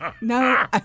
No